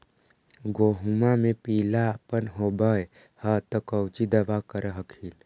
गोहुमा मे पिला अपन होबै ह तो कौची दबा कर हखिन?